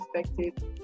perspective